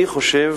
אני חושב